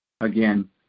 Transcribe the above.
Again